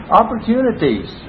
opportunities